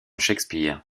shakespeare